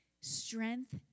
Strength